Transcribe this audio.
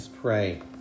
pray